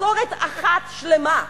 משכורת אחת שלמה.